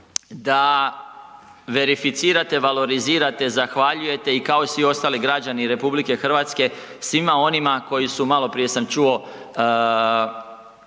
da verificirate, valorizirate i zahvaljujete i kao svih ostali građani RH, svima onima koji su maloprije sam čuo,